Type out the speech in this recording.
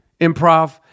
Improv